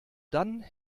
dann